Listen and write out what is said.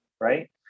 right